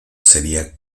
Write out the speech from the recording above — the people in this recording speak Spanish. sería